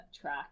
track